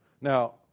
Now